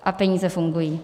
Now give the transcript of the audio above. A peníze fungují.